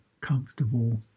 comfortable